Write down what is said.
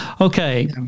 Okay